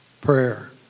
prayer